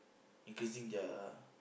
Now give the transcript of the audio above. increasing their